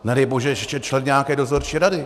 Nedej bože ještě člen nějaké dozorčí rady.